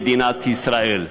מדינת ישראל.